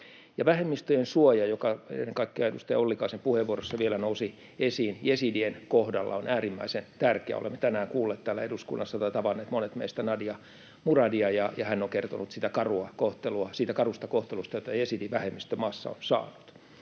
vähemmistöjen suoja, joka ennen kaikkea edustaja Ollikaisen puheenvuorossa vielä nousi esiin jesidien kohdalla, on äärimmäisen tärkeä. Tänään täällä eduskunnassa monet meistä ovat kuulleet ja tavanneet Nadia Muradia, ja hän on kertonut siitä karusta kohtelusta, jota jesidivähemmistö maassa on saanut.